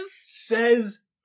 Says